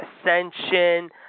Ascension